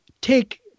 take